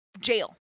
jail